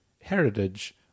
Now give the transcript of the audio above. heritage